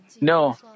No